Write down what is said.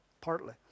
partly